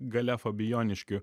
gale fabijoniškių